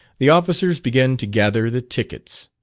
the officers began to gather the tickets.